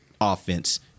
offense